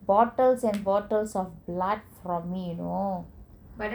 bottles and bottles of blood from me you know